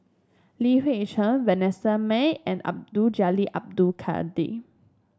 Li Hui Cheng Vanessa Mae and Abdul Jalil Abdul Kadir